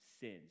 sins